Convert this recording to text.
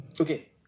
Okay